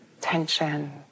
tension